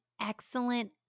excellent